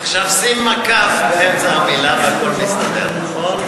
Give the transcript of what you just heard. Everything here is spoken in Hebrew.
עכשיו שים מקף באמצע המילה והכול מסתדר, נכון?